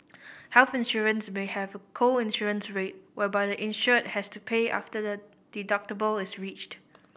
health insurance may have a co insurance rate whereby the insured has to pay after the deductible is reached